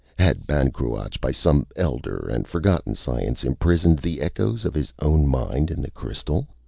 had ban cruach, by some elder and forgotten science, imprisoned the echoes of his own mind in the crystal?